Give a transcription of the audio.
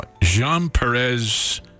Jean-Perez